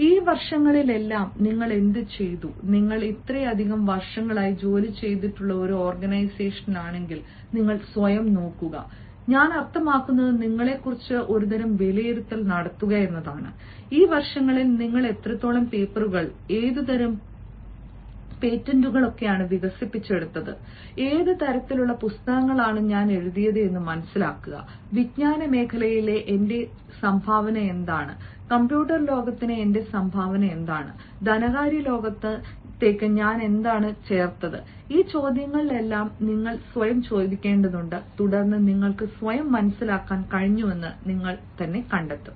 ഈ വർഷങ്ങളിലെല്ലാം നിങ്ങൾ എന്തുചെയ്തു നിങ്ങൾ ഇത്രയധികം വർഷങ്ങളായി ജോലി ചെയ്തിട്ടുള്ള ഒരു ഓർഗനൈസേഷനിലാണെങ്കിൽ സ്വയം നോക്കുക ഞാൻ അർത്ഥമാക്കുന്നത് നിങ്ങളെക്കുറിച്ച് ഒരുതരം വിലയിരുത്തൽ നടത്തുക എന്നതാണ് ഈ വർഷങ്ങളിൽ നിങ്ങൾ എത്രത്തോളം പേപ്പറുകൾ ഏതുതരം പേറ്റന്റുകൾ വികസിപ്പിച്ചെടുത്തിട്ടുണ്ട് ഏത് തരത്തിലുള്ള പുസ്തകങ്ങളാണ് ഞാൻ എഴുതിയത് വിജ്ഞാന മേഖലയിലെ എന്റെ സംഭാവന എന്താണ് കമ്പ്യൂട്ടർ ലോകത്തിന് എന്റെ സംഭാവന എന്താണ് ധനകാര്യ ലോകത്തേക്ക് ഞാൻ എന്താണ് ചേർത്തത് ഈ ചോദ്യങ്ങളെല്ലാം നിങ്ങൾ സ്വയം ചോദിക്കേണ്ടതുണ്ട് തുടർന്ന് നിങ്ങൾക്ക് സ്വയം മനസിലാക്കാൻ കഴിഞ്ഞുവെന്ന് നിങ്ങൾ കണ്ടെത്തും